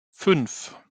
fünf